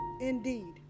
indeed